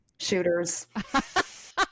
shooters